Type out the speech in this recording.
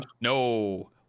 No